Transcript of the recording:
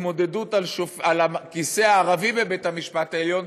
התמודדות על הכיסא הערבי בבית-המשפט העליון,